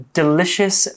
delicious